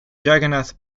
jagannath